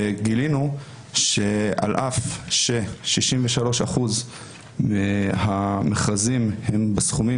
וגילינו שעל אף ש-63% מהמכרזים הם בסכומים